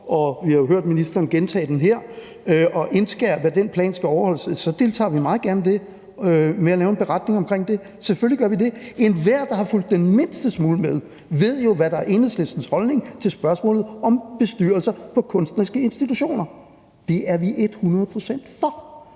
og vi har jo hørt ministeren gentage den her og indskærpe, at den plan skal overholdes – så deltager vi meget gerne i at lave en beretning om det. Selvfølgelig gør vi det. Enhver, der har fulgt den mindste smule med, ved jo, hvad der er Enhedslistens holdning til spørgsmålet om bestyrelser på kunstneriske institutioner. Det er vi et hundrede procent for.